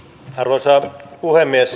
arvoisa puhemies